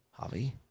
Javi